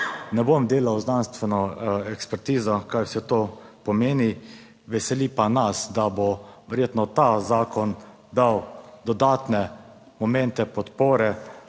Ne bom delal z znanstveno ekspertizo kaj vse to pomeni, veseli pa nas, da bo verjetno ta zakon dal dodatne momente podpore